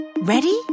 Ready